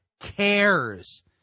cares